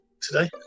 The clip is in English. today